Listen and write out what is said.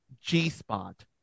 G-Spot